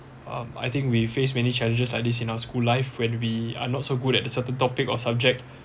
um I think we faced many challenges like this in our school life when we are not so good at a certain topic or subject